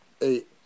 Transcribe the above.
Eight